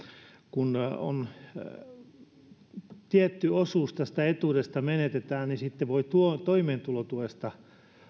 kun tietty osuus tästä etuudesta menetetään niin sitten voi toimeentulotuesta